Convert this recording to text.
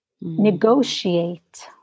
negotiate